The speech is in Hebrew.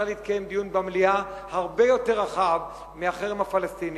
צריך להתקיים במליאה דיון הרבה יותר רחב מאשר על החרם הפלסטיני,